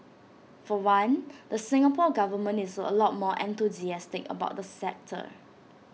for one the Singapore Government is A lot more enthusiastic about the sector